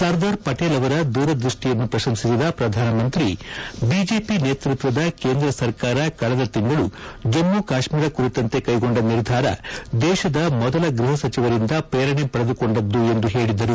ಸರ್ದಾರ್ ಪಟೀಲ್ ಅವರ ದೂರದೃಷ್ಟಿಯನ್ನು ಪ್ರಶಂಸಿಸಿದ ಪ್ರಧಾನಿ ಬಿಜೆಪಿ ನೇತೃತ್ವದ ಕೇಂದ್ರ ಸರ್ಕಾರ ಕಳೆದ ತಿಂಗಳು ಜಮ್ನು ಕಾತ್ನೀರ ಕುರಿತಂತೆ ಕ್ಟೆಗೊಂಡ ನಿರ್ಧಾರ ದೇಶದ ಮೊದಲ ಗೃಹಸಚಿವರಿಂದ ಪ್ರೇರಣೆ ಪಡೆದುಕೊಂಡದ್ದು ಎಂದು ಹೇಳಿದರು